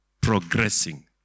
progressing